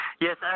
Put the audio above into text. yes